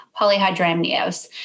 polyhydramnios